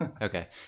Okay